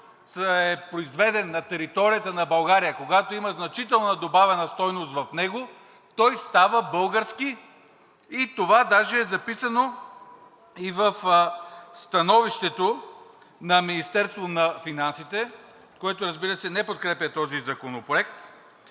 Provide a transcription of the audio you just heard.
е произведен на територията на България, когато има значителна добавена стойност в него, той става български и това даже е записано и в становището на Министерството на финансите, което, разбира се, не подкрепя този законопроект,